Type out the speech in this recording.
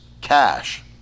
cash